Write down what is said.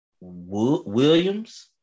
Williams